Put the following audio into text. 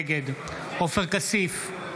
נגד עופר כסיף,